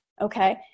okay